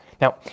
Now